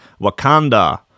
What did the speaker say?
Wakanda